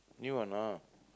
new one ah